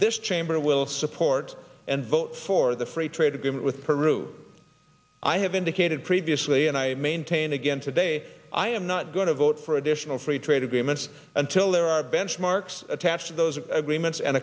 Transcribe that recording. this chamber will support and vote for the free trade agreement with peru i have indicated previously and i maintain again today i am not going to vote for additional free trade agreements until there are benchmarks attached those agreements and